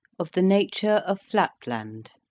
of the nature of flat land.